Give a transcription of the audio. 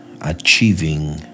achieving